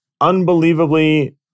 unbelievably